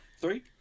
Three